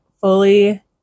fully